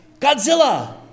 Godzilla